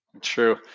True